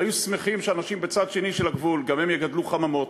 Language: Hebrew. והיו שמחים שגם אנשים בצד השני של הגבול גם הם יגדלו בחממות,